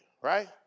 right